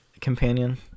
companion